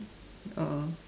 oh